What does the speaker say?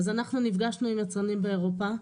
אז אנחנו נפגשנו עם יצרנים באירופה.